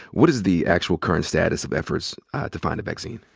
what is the actual current status of efforts to find a vaccine?